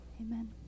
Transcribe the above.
Amen